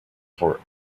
for